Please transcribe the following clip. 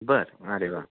बरं अरे वा